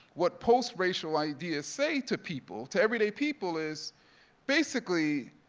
what post racial ideas say to people, to everyday people is basically,